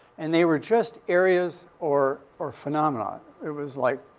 and they were just areas or or phenomenon. it was like